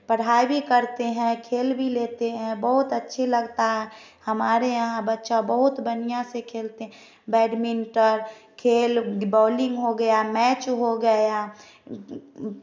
पढ़ाई भी करते है खेल भी लेते है बहुत अच्छा लगता है हमारे यहाँ बचे बहुत बढ़िया से खेलते हैं बैडमिंटल खेल बोलिंग हो गया मैच हो गया